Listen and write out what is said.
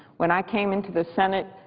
when i came into the senate,